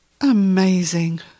Amazing